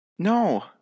No